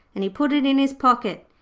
and he put it in his pocket.